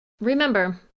Remember